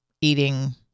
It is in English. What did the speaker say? eating